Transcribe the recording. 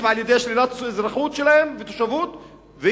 על-ידי שלילת אזרחותם והתושבות שלהם,